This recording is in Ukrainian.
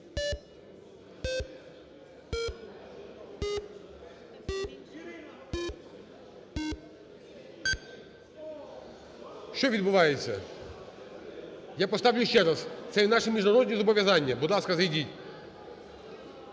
Що відбувається? Я поставлю ще раз, це є наші міжнародні зобов'язання. Будь ласка, зайдіть.